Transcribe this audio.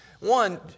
One